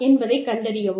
என்பதைக் கண்டறியவும்